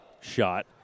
shot